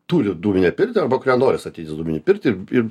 turi dūminę pirtį arba kurie nori statytis dūminę pirtį ir